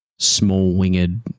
small-winged